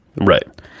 Right